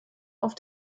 auf